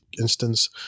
instance